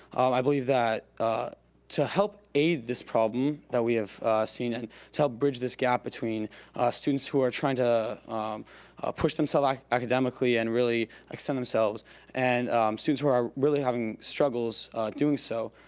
i believe that to help aid this problem that we have seen, and to help bridge this gap between students who are trying to push themselves academically and really extend themselves and students who are really having struggles doing so,